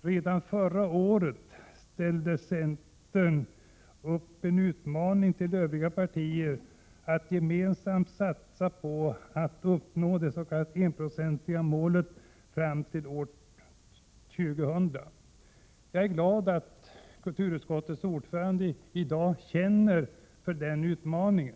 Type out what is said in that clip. Redan förra året ställde centern upp en utmaning till partierna att gemensamt satsa på att nå det s.k. enprocentsmålet fram till år 2000. Jag är glad att kulturutskottets ordförande i dag känner för den utmaningen.